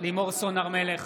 לימור סון הר מלך,